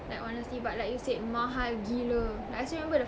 like honestly but like you said mahal gila like I still remember the